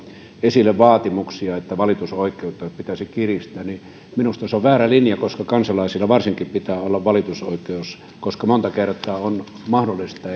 esille vaatimuksia että valitusoikeutta pitäisi kiristää niin minusta se on väärä linja koska kansalaisilla varsinkin pitää olla valitusoikeus koska monta kertaa on mahdollista